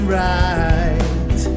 right